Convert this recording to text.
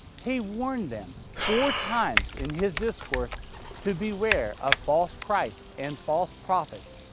he warned them four times in his discourse to beware of false christ's and false prophets,